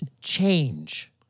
change